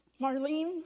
Marlene